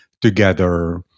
together